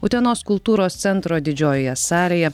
utenos kultūros centro didžiojoje salėje